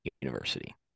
university